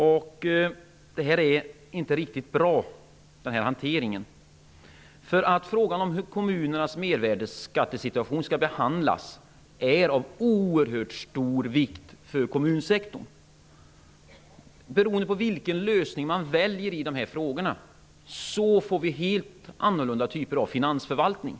Denna hantering är inte riktigt bra, eftersom frågan om hur kommunernas mervärdesskattesituation skall behandlas är av oerhört stor vikt för kommunsektorn. Beroende på vilken lösning man väljer i dessa frågor, får man helt olika typer av finansförvaltning.